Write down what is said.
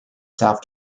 south